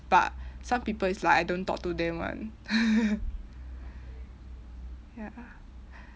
but some people is like I don't talk to them [one] ya